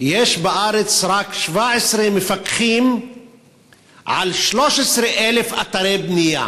יש בארץ רק 17 מפקחים על 13,000 אתרי בנייה.